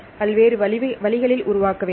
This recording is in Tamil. பல்வேறு வழிகளில் உருவாக்க வேண்டும்